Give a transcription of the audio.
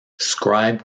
scribe